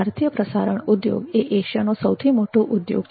ભારતીય પ્રસારણ ઉદ્યોગ એ એશિયાનો સૌથી મોટો ઉદ્યોગ છે